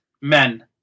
men